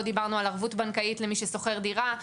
לא דיברנו על ערבות בנקאית למי ששוכר דירה,